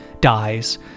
dies